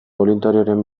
boluntarioren